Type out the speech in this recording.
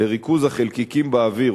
לריכוז החלקיקים באוויר,